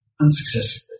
unsuccessfully